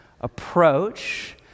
approach